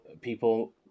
people